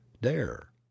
dare